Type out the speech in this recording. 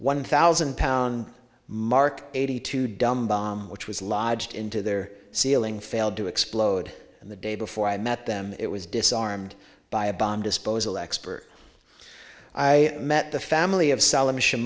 one thousand pound mark eighty two dum bomb which was lodged into their ceiling failed to explode and the day before i met them it was disarmed by a bomb disposal expert i met the family of